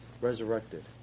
resurrected